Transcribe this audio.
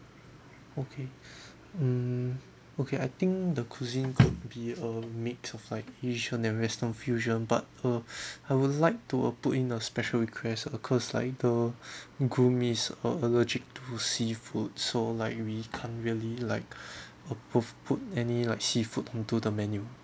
okay mm okay I think the cuisine could be uh mix of like asian and western fusion but uh I would like to uh put in a special request uh cause like the groom is uh allergic to seafood so like we can't really like uh put put any like seafood into the menu